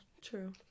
true